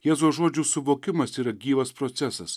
jėzaus žodžių suvokimas yra gyvas procesas